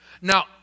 Now